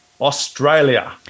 Australia